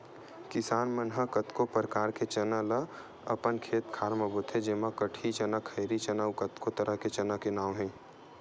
किसान मन ह कतको परकार के चना ल अपन खेत खार म बोथे जेमा कटही चना, खैरी चना अउ कतको तरह के चना के नांव हे